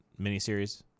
miniseries